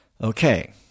Okay